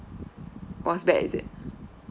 was bad is it